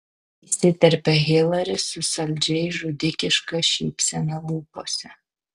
įsiterpia hilari su saldžiai žudikiška šypsena lūpose